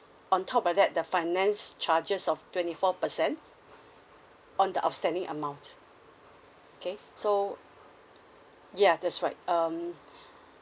on top of that the finance charges of twenty four percent on the outstanding amount okay so ya that's right um